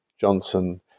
Johnson